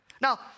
Now